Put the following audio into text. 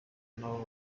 nabo